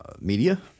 media